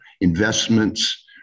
investments